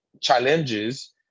challenges